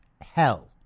hell